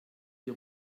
die